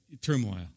turmoil